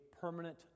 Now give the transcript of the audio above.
permanent